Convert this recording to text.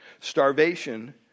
Starvation